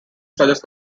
suggest